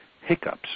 hiccups